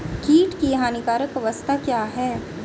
कीट की हानिकारक अवस्था क्या है?